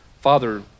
father